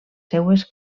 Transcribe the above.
seues